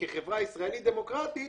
כחברה ישראלית דמוקרטית,